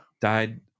died